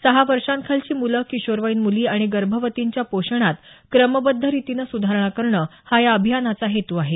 सहा वर्षाखालची मुलं किशोरवयीन मुली आणि गर्भवतींच्या पोषणात क्रमबद्ध रितीने सुधारण करणं हा या अभियानाचा हेतू आहे